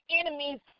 enemies